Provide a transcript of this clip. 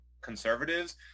conservatives